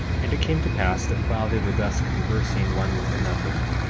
and it came to pass that while they were thus conversing one with another,